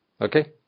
Okay